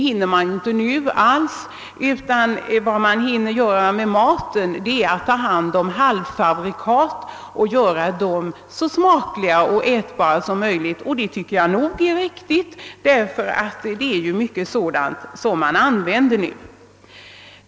Vad man nu hinner med i fråga om matlagning är att ta hand om halvfabrikat och göra dem så smakliga och ätbara som möjligt. Och det tycker jag är riktigt, ty det är ju mycket sådant som används nu.